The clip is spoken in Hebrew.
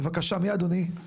בבקשה, מי אדוני?